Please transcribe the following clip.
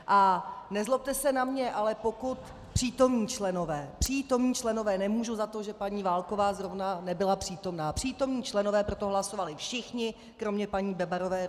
A nezlobte se na mě, ale pokud přítomní členové přítomní členové, nemůžu za to, že paní Válková zrovna nebyla přítomna přítomní členové pro to hlasovali všichni kromě paní Bebarové Rujbrové.